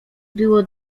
było